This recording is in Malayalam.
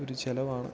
ഒരു ചിലവാണ്